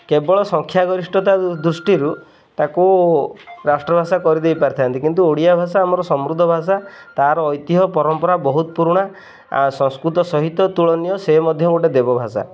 କେବଳ ସଂଖ୍ୟା ଗରିଷ୍ଠତା ଦୃଷ୍ଟିରୁ ତାକୁ ରାଷ୍ଟ୍ରଭାଷା କରିଦେଇପାରିଥାନ୍ତି କିନ୍ତୁ ଓଡ଼ିଆ ଭାଷା ଆମର ସମୃଦ୍ଧ ଭାଷା ତାର ଐତିହ୍ୟ ପରମ୍ପରା ବହୁତ ପୁରୁଣା ଆଉ ସଂସ୍କୃତ ସହିତ ତୁଳନୀୟ ସେ ମଧ୍ୟ ଗୋଟେ ଦେବ ଭାଷା